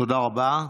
תודה רבה.